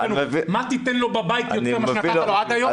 מה תיתן לו בבית יותר ממה שנתת לו עד היום?